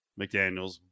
McDaniels